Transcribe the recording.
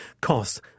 Costs